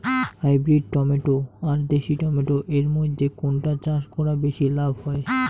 Hybrid tomato আর দেশি tomato এর মইধ্যে কোনটা চাষ করা বেশি লাভ হয়?